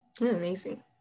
Amazing